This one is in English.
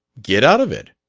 get out of it,